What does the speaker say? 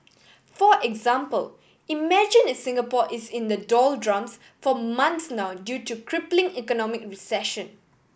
for example imagine if Singapore is in the doldrums for months now due to crippling economic recession